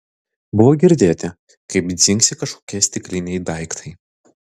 buvo girdėti kaip dzingsi kažkokie stikliniai daiktai